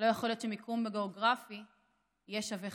לא יכול להיות שמיקום גיאוגרפי יהיה שווה חיים.